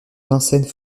vincennes